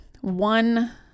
One